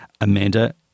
Amanda